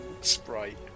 sprite